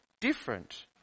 different